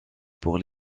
pour